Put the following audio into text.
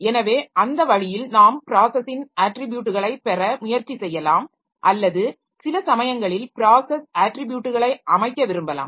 எனவே அந்த வழியில் நாம் ப்ராஸஸின் அட்ரிபியூட்களை பெற முயற்சி செய்யலாம் அல்லது சில சமயங்களில் ப்ராஸஸ் அட்ரிபியூட்களை அமைக்க விரும்பலாம்